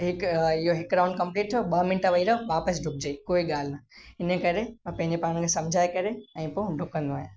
हिक हा हीअ हिक राउंड कंप्लीट थियो ॿ मिंट वही रहो वापिसि ॾुकजईं कोई ॻाल्हि न इन करे मां पंहिंजे पाण खे सम्झाए करे ऐं पोइ ॾुकंदो आहियां